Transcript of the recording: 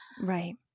Right